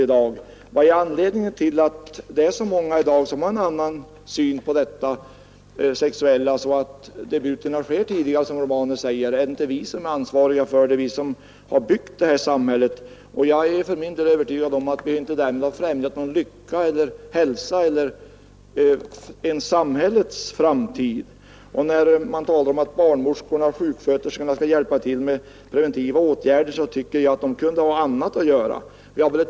Vad är anledningen till att så många i dag har en annan syn på det sexuella, så att debuten på det sexuella området äger rum tidigare, som herr Romanus sade? Är inte vi ansvariga härför, vi som har byggt detta samhälle? Jag är inte övertygad om att vi därmed har främjat ungdomens lycka eller hälsa eller ens samhällets framtid. Man talar om att barnmorskor och sjuksköterskor skall hjälpa till med preventiva åtgärder, men jag tycker att de kan ha något annat att göra.